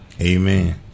amen